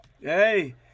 hey